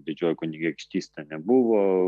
didžioji kunigaikštystė nebuvo